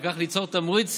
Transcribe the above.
וכך ליצור תמריץ